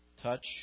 touch